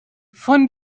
von